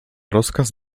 rozkaz